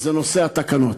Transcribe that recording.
זה נושא התקנות.